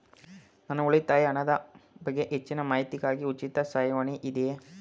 ನನ್ನ ಉಳಿತಾಯ ಹಣದ ಬಗ್ಗೆ ಹೆಚ್ಚಿನ ಮಾಹಿತಿಗಾಗಿ ಉಚಿತ ಸಹಾಯವಾಣಿ ಇದೆಯೇ?